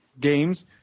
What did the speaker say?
games